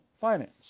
finance